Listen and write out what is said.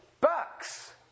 bucks